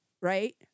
right